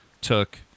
took